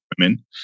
women